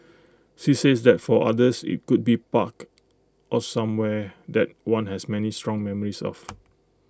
she says that for others IT could be park or somewhere that one has many strong memories of